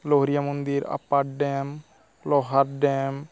ᱞᱳᱦᱨᱤᱭᱟ ᱢᱚᱱᱫᱤᱨ ᱟᱯᱟᱨᱰᱮᱢ ᱞᱚᱣᱟᱨᱰᱮᱢ